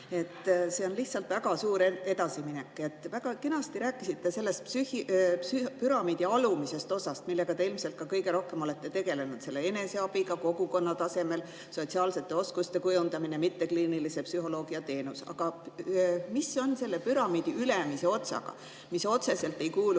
See on lihtsalt väga suur edasiminek. Väga kenasti rääkisite sellest püramiidi alumisest osast, millega te ilmselt ka kõige rohkem olete tegelenud – eneseabi kogukonna tasemel, sotsiaalsete oskuste kujundamine, mittekliinilise psühholoogia teenus. Aga mis on selle püramiidi ülemise otsaga, mis võib-olla otseselt ei kuulu